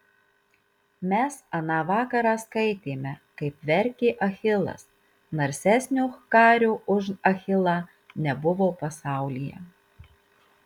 mes aną vakarą skaitėme kaip verkė achilas narsesnio kario už achilą nebuvo pasaulyje